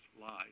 lies